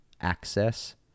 access